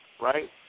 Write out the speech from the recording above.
right